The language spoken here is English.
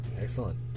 Excellent